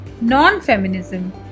non-feminism